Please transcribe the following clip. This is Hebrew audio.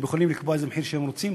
הם יכולים לקבוע איזה מחיר שהם רוצים,